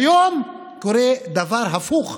היום קורה דבר הפוך: